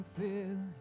feel